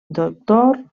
doctor